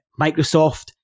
microsoft